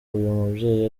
mubyeyi